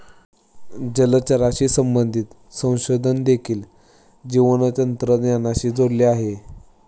जलचराशी संबंधित संशोधन देखील जैवतंत्रज्ञानाशी जोडलेले आहे